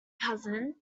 cousin